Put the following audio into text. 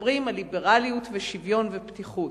מדברים על ליברליות ושוויון ופתיחות.